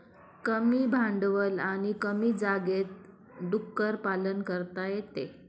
कमी भांडवल आणि कमी जागेत डुक्कर पालन करता येते